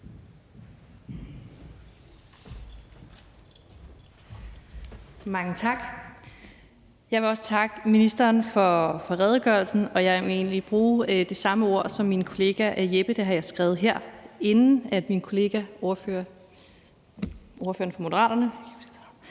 Mange tak. Jeg vil også takke ministeren for redegørelsen, og jeg vil egentlig bruge det samme ord som min kollega Jeppe Søe; det her har jeg skrevet her, inden jeg hørte min ordførerkollega fra Moderaterne: